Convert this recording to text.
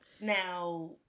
Now